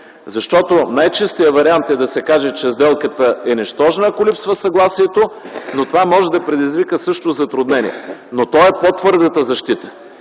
Защото най-чистият вариант е да се каже, че сделката е нищожна, ако липсва съгласието. Това може да предизвика също затруднение, но то е по-твърдата защита.